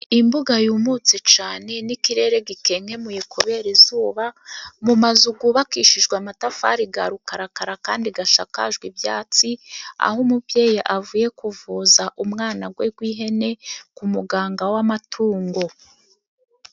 Imbuga yumutse cane n'ikirere gikekemuye kubera izuba mu mazu gubakishijwe amatafari ga rukarakara, kandi gashakajwe ibyatsi, aho umubyeyi avuye kuvuza umwana gwe gw'ihene ku muganga w'amatungo.